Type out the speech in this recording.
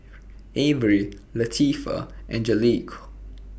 Averie Latifah and Angelique